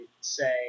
say